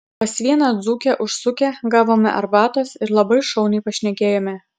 pas vieną dzūkę užsukę gavome arbatos ir labai šauniai pašnekėjome